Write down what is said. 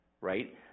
right